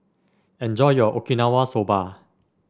enjoy your Okinawa Soba